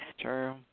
true